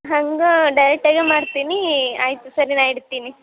ಹಂಗೆ ಡೈರೆಕ್ಟಾಗೇ ಮಾಡ್ತೀನಿ ಆಯಿತು ಸರಿ ನಾ ಇಡ್ತೀನಿ